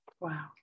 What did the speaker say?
Wow